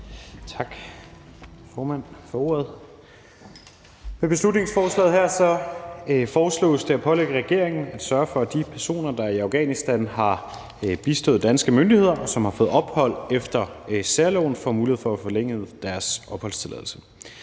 Med beslutningsforslaget her foreslås det at pålægge regeringen at sørge for, at de personer, der i Afghanistan har bistået danske myndigheder, og som har fået ophold efter særloven, får mulighed for at få forlænget deres opholdstilladelse.